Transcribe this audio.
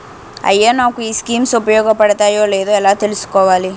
అయ్యా నాకు ఈ స్కీమ్స్ ఉపయోగ పడతయో లేదో ఎలా తులుసుకోవాలి?